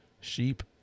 Sheep